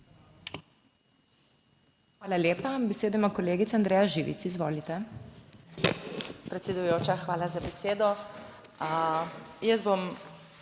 Hvala lepa. Besedo ima kolegica Andreja Živic, izvolite.